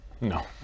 No